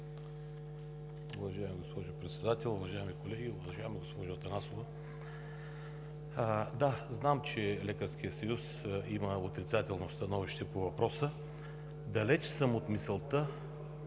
Уважаема госпожо Председател, уважаеми колеги, уважаема госпожо Атанасова! Да, знаем, че Лекарският съюз има отрицателно становище по въпроса. Далеч съм от мисълта